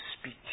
speak